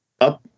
up